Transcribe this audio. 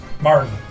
Martin